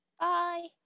Bye